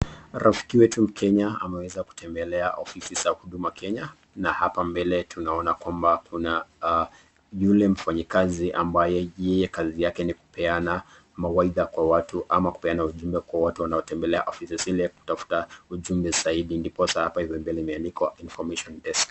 Rafiki wetu mkenya ameweza kutembelea ofisi za huduma Kenya na hapa mbele tunaona kwamba kuna yule mfanyikazi ambaye, yeye kazi yake ni kupeana mawaidha kwa watu ama kupeana ujumbe kwa watu wanaotembelea afisi zile kutafuta ujumbe zaidi ndiposa hapa hivo mbele imeandikwa (cs)'information desk(cs).